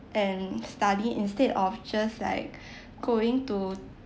and study instead of just like going to